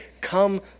come